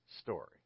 story